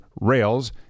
rails